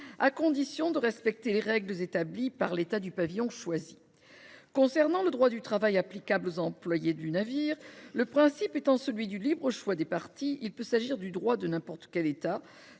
à condition de respecter les règles établies par l'État du pavillon choisi. Le droit du travail applicable aux employés du navire étant laissé au libre choix des parties, il peut s'agir du droit de n'importe quel État,